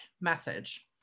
message